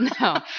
no